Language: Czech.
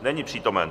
Není přítomen.